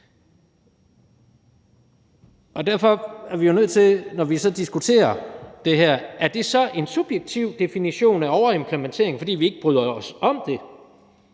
Derfor er vi jo nødt til, når vi så diskuterer det her, at vide, om det så er en subjektiv definition af overimplementering, fordi vi ikke bryder os om det,